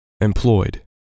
Employed